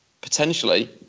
potentially